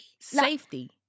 Safety